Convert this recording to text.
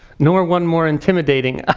nor one more intimidating i